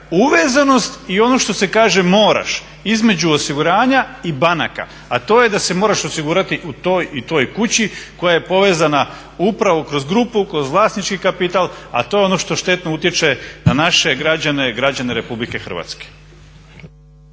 uvezanost i ono što se kaže moraš između osiguranja i banaka, a to je da se moraš osigurati u toj i toj kući koja je povezana upravo kroz grupu, kroz vlasnički kapital, a to je ono što štetno utječe na naše građane, građane Republike Hrvatske.